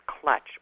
clutch